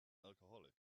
alcoholic